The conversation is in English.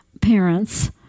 parents